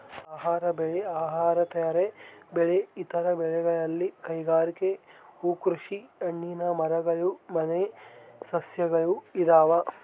ಆಹಾರ ಬೆಳೆ ಅಹಾರೇತರ ಬೆಳೆ ಇತರ ಬೆಳೆಗಳಲ್ಲಿ ಕೈಗಾರಿಕೆ ಹೂಕೃಷಿ ಹಣ್ಣಿನ ಮರಗಳು ಮನೆ ಸಸ್ಯಗಳು ಇದಾವ